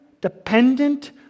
dependent